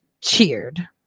cheered